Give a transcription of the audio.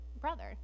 brother